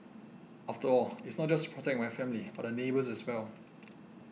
after all it's not just to protect my family but the neighbours as well